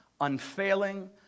unfailing